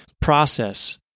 process